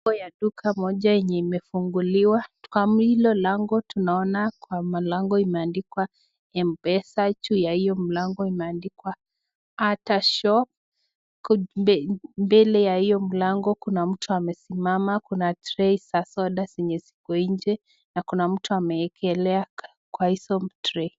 Mlango ya duka moja yenye imefunguliwa, kwa hilo lango tunaona kwa mlango imeandikwa mpesa juu ya hiyo mlango imeandikwa atah shop, mbele ya hiyo mlango kuna mtu amesimama, kuna trei za soda zenye ziko nje na kuna mtu amewekelea kwa hizo trei.